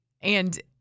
And-